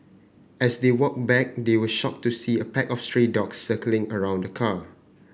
as they walked back they were shocked to see a pack of stray dogs circling around the car